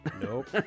Nope